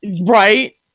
right